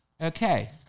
Okay